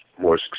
more